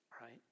right